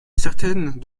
certaines